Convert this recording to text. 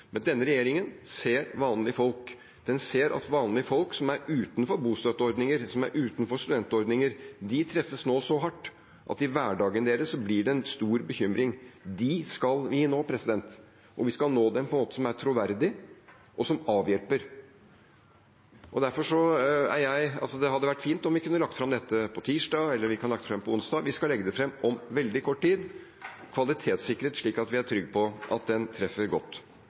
Men denne regjeringen ser vanlige folk. Den ser at vanlige folk som er utenfor bostøtteordninger, som er utenfor studentordninger, nå treffes så hardt at det blir en stor bekymring i hverdagen deres. Dem skal vi nå, og vi skal nå dem på en måte som er troverdig, og som avhjelper. Det hadde vært fint om vi kunne lagt fram dette på tirsdag, eller på onsdag. Vi skal legge det fram om veldig kort tid, kvalitetssikret, slik at vi er trygge på at det treffer godt.